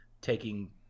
taking